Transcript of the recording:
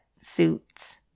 suits